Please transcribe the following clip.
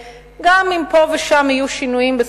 וגם אם פה ושם יהיו שינויים בו,